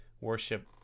worship